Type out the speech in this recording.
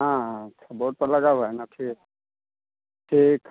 हाँ हाँ थ बोर्ड तो लगा हुआ है न ठीक ठीक